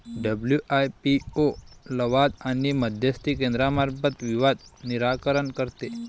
WIPO लवाद आणि मध्यस्थी केंद्रामार्फत विवाद निराकरण करते